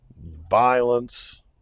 violence